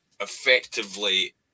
effectively